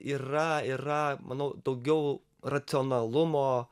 yra yra manau daugiau racionalumo